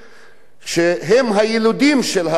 שהם הילידים של הארץ הזו,